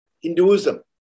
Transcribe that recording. Hinduism